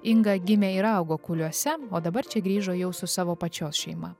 inga gimė ir augo kuliuose o dabar čia grįžo jau su savo pačios šeima